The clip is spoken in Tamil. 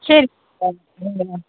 சரி ஆ